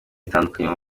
zitandukanye